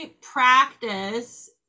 practice